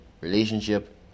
relationship